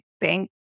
bank